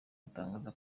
gutangaza